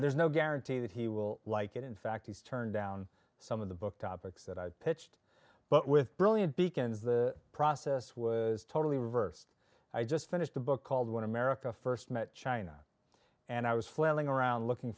there's no guarantee that he will like it in fact he's turned down some of the book topics that i pitched but with brilliant beacon's the process was totally reversed i just finished a book called one america first met china and i was flailing around looking